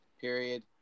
period